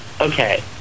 okay